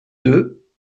deux